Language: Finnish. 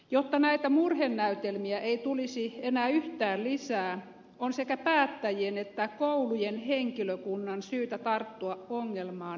jotta näitä murhenäytelmiä ei tulisi enää yhtään lisää on sekä päättäjien että koulujen henkilökunnan syytä tarttua ongelmaan jämäkästi